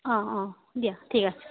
অঁ অঁ দিয়া ঠিক আছে